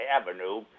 Avenue